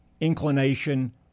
inclination